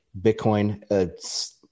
Bitcoin